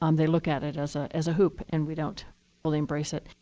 um they look at it as ah as a hoop and we don't fully embrace it.